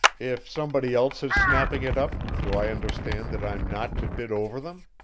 if somebody else is snapping it up, do i understand that i'm not to bid over them?